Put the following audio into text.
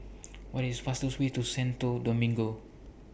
What IS The fastest Way to Santo Domingo